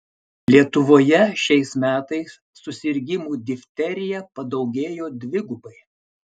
lietuvoje šiais metais susirgimų difterija padaugėjo dvigubai